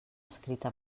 escrita